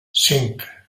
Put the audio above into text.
cinc